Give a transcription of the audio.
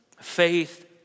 faith